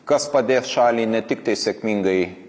kas padės šaliai ne tiktai sėkmingai